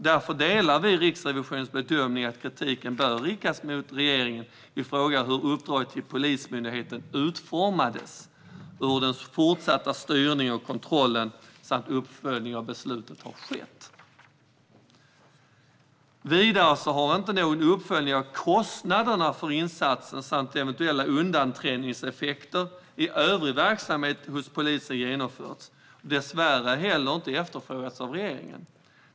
Vi delar därför Riksrevisionens bedömning att kritik bör riktas mot regeringen i fråga om hur uppdraget till Polismyndigheten utformades och hur den fortsatta styrningen, kontrollen och uppföljningen av beslutet skedde. Vidare har inte någon uppföljning av kostnaderna för insatsen samt eventuella undanträngningseffekter i övrig verksamhet hos polisen genomförts och dessvärre heller inte efterfrågats av regeringen.